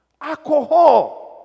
Alcohol